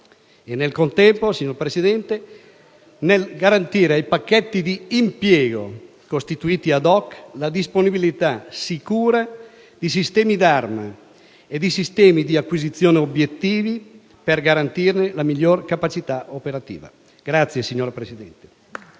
nel contempo, signora Presidente, si deve garantire ai pacchetti di impiego costituiti *ad hoc* la disponibilità sicura di sistemi d'arma e di acquisizione obiettivi per garantirne la migliore capacità operativa. *(Applausi dal